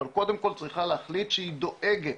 אבל קודם כל צריכה להחליט שהיא דואגת,